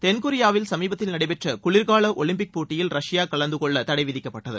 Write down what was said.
தென் கொரியாவில் சமீபத்தில் நடைபெற்ற குளிர்கால ஒலிம்பிக் போட்டியில் ரஷ்யா கலந்து கொள்ள தடை விதிக்கப்பட்டது